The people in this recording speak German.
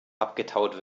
abgetaut